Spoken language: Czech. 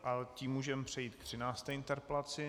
A tím můžeme přejít k třinácté interpelaci.